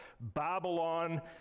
Babylon